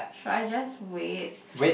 should I just wait